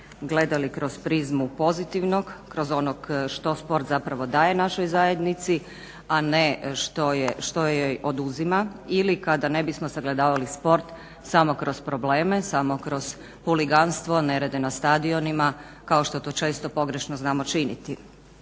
gledali kroz prizmu pozitivnog kroz onog što sport zapravo daje našoj zajednici, a ne što joj oduzima ili kada ne bismo sagledavali sport samo kroz probleme, samo kroz huliganstvo, nerede na stadionima kao što to često pogrešno znamo činiti.